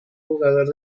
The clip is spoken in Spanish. jugador